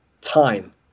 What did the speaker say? time